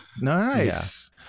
Nice